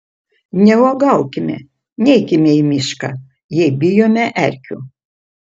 neuogaukime neikime į mišką jei bijome erkių